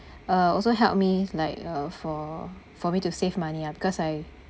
uh also help me like uh for for me to save money ah because I